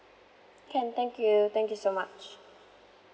can thank you thank you so much